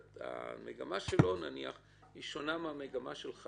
המגמה שלו למשל שונה מהמגמה של ד"ר